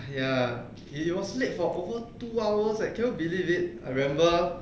ya he was late for over two hours leh cannot believe it I remember